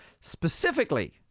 Specifically